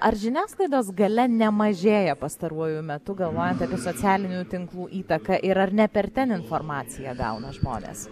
ar žiniasklaidos galia nemažėja pastaruoju metu galvojant apie socialinių tinklų įtaką ir ar ne per ten informaciją gauna žmonės